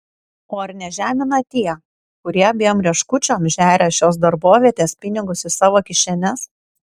o ar nežemina tie kurie abiem rieškučiom žeria šios darbovietės pinigus į savo kišenes